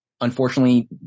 Unfortunately